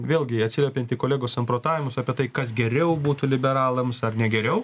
vėlgi atsiliepiant į kolegos samprotavimus apie tai kas geriau būtų liberalams ar negeriau